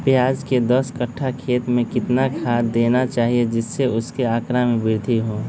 प्याज के दस कठ्ठा खेत में कितना खाद देना चाहिए जिससे उसके आंकड़ा में वृद्धि हो?